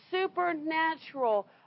supernatural